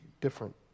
different